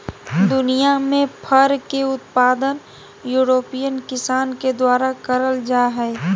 दुनियां में फर के उत्पादन यूरोपियन किसान के द्वारा करल जा हई